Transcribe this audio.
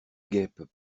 guêpes